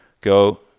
go